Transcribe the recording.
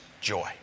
joy